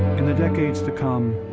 in the decades to come,